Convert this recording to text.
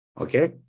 Okay